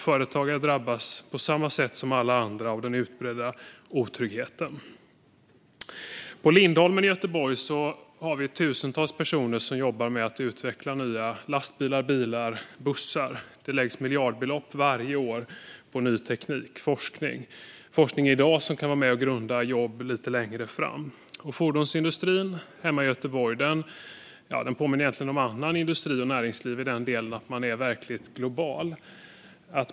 Företagare drabbas på samma sätt som alla andra av den utbredda otryggheten. På Lindholmen i Göteborg jobbar tusentals personer med att utveckla nya lastbilar, bilar och bussar. Varje år läggs det miljardbelopp på ny teknik och forskning. Forskning som bedrivs i dag kan ligga till grund för jobb lite längre fram. Fordonsindustrin hemma i Göteborg påminner egentligen om annan industri och annat näringsliv i den delen att man är verkligt global.